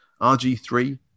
RG3